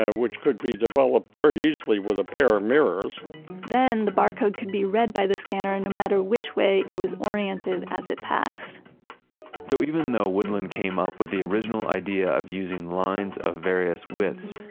ah which could be developed very easily with a pair of mirrors then the barcode could be read by the scanner no matter which way it was oriented as it passed so, even though woodland came up with the original idea of using lines of various widths,